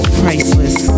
priceless